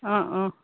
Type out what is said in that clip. অঁ অঁ